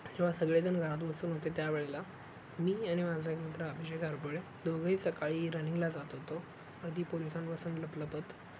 तेव्हा सगळेजण घरात बसून होते त्यावेळेला मी आणि माझा एक मित्र अभिषेक आरपळे दोघंही सकाळी रनिंगला जात होतो कधी पोलिसांपासून लपलपत